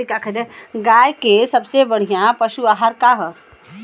गाय के सबसे बढ़िया पशु आहार का ह?